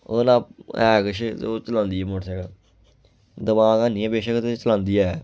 ओह्दे नांऽ ऐ किश ते ओह् चलांदी ऐ मोटरसैकल दमाक हैनी ऐ बेशक ते चलांदी ऐ